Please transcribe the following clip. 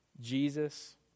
Jesus